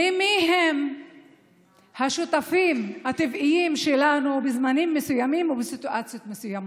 ומיהם השותפים הטבעיים שלנו בזמנים מסוימים ובסיטואציות מסוימות.